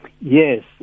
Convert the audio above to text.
Yes